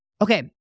okay